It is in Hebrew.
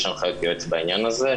ויש הנחיית יועץ בעניין הזה.